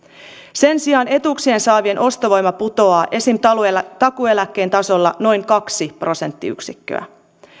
sen sijaan etuuksia saavien ostovoima putoaa esimerkiksi takuueläkkeen tasolla noin kaksi prosenttiyksikköä